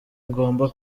ngomba